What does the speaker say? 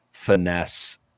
finesse